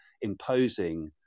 imposing